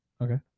Okay